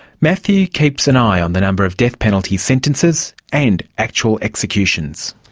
matthew keeps an eye on the number of death penalty sentences and actual executions.